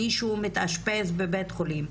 מישהו מתאשפז בבית-חולים,